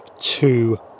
two